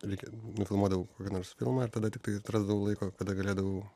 reikia nufilmuot daug nors filmą ir tada tiktai atrasdavau laiko kada galėdavau